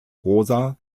rosa